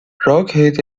rocket